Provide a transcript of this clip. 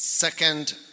Second